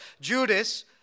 Judas